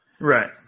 Right